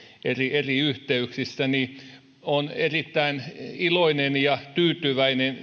eri eri yhteyksissä niin olen erittäin iloinen ja tyytyväinen